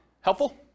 Helpful